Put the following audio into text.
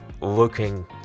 looking